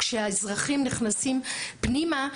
כשהאזרחים נכנסים פנימה,